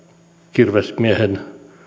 kirvesmiehen